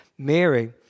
Mary